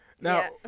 Now